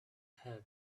have